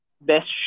best